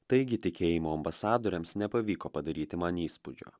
taigi tikėjimo ambasadoriams nepavyko padaryti man įspūdžio